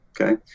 okay